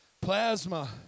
Plasma